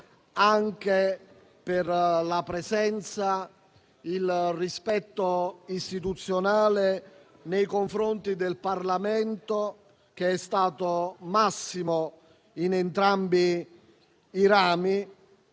anche per la presenza e il rispetto istituzionale nei confronti del Parlamento, che è stato massimo in entrambe le